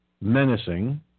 menacing